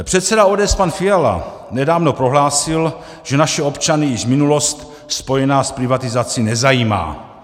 Předseda ODS pan Fiala nedávno prohlásil, že naše občany již minulost spojená s privatizací nezajímá.